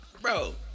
Bro